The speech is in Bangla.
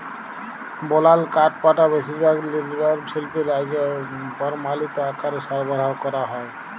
বলাল কাঠপাটা বেশিরভাগ লিরমাল শিল্পে লাইগে পরমালিত আকারে সরবরাহ ক্যরা হ্যয়